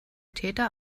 täter